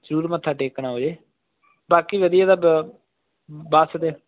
ਜ਼ਰੂਰ ਮੱਥਾ ਟੇਕਣਾ ਜੇ ਬਾਕੀ ਵਧੀਆ ਦਾ ਬੱਸ ਦੇ